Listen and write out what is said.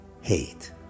hate